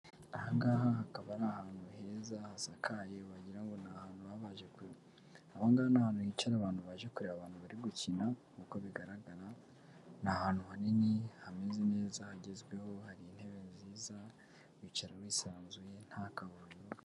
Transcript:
Ahangaha hakaba ari ahantu heza hasakaye wagirango ni ahantu hicara abantu baje kureba abantu bari gukina, nkuko bigaragara ni ahantu hanini hameze neza hagezweho hari intebe nziza wicara wisanzuye ntakavuyo.